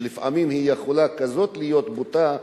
שלפעמים יכולה להיות כזאת בוטה,